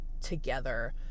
together